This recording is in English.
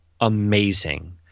amazing